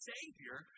Savior